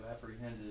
apprehended